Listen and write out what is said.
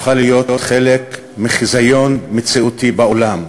הפכה להיות חלק מחיזיון מציאותי בעולם,